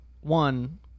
one